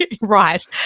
Right